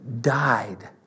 died